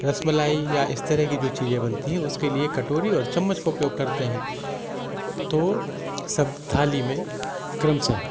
या रसमालाई या इस तरह की जो चीज़ें बनती हैं उसके लिए कटोरी और चम्मच का उपयोग करते हैं तो सब थाली में क्रमशः